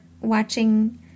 watching